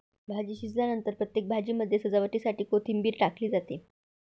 भाजी शिजल्यानंतर प्रत्येक भाजीमध्ये सजावटीसाठी कोथिंबीर टाकली जाते